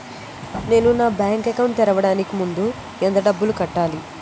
నేను నా bank account తెరవడానికి ముందు ఎంత డబ్బులు కట్టాలి?